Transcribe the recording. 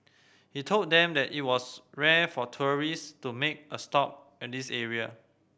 he told them that it was rare for tourist to make a stop at this area